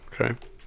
Okay